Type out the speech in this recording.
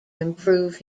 improve